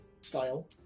style